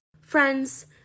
Friends